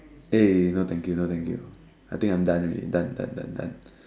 eh no thank you no thank you I think I'm done already done done done done